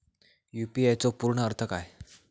UPI चो पूर्ण अर्थ काय?